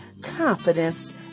confidence